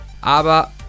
Aber